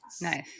Nice